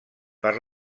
per